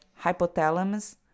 hypothalamus